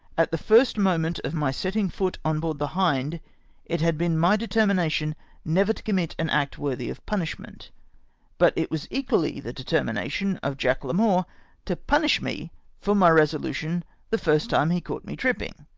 at the first moment of my setting foot on board the hind it had been my determination never to commit an act worthy of punishment but it was equally the determination of jack larmour to punish me for my resolution the first time he caught me trip ping.